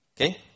okay